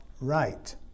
right